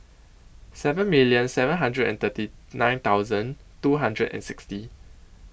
seven million seven hundred and thirty nine thousand two hundred and sixty